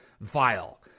vile